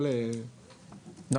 לא,